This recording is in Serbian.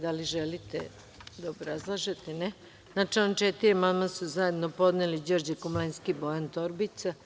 Da li želite da obrazlažete? (Ne.) Na član 4. amandman su zajedno podneli Đorđe Komlenski i Bojan Torbica.